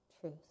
truth